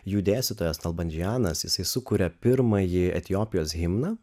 jų dėstytojas elbanžianas jisai sukuria pirmąjį etiopijos himną